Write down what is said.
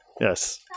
Yes